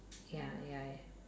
ya ya ya